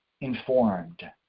informed